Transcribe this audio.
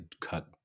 cut